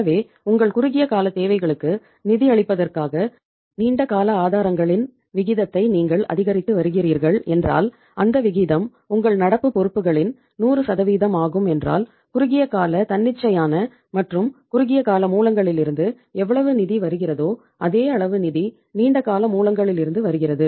எனவே உங்கள் குறுகிய கால தேவைகளுக்கு நிதியளிப்பதற்காக நீண்ட கால ஆதாரங்களின் விகிதத்தை நீங்கள் அதிகரித்து வருகிறீர்கள் என்றால் அந்த விகிதம் உங்கள் நடப்பு பொறுப்புகளின் 100 ஆகும் என்றால் குறுகிய கால தன்னிச்சையான மற்றும் குறுகிய கால மூலங்களிலிருந்து எவ்வளவு நிதி வருகிறதோ அதே அளவு நிதி நீண்ட கால மூலங்களிலிருந்து வருகிறது